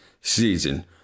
season